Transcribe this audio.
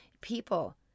people